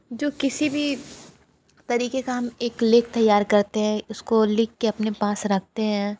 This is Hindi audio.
जो किसी भी तरीक़े का हम एक लेख तैयार करते हैं उसको लिख के अपने पास रखते हैं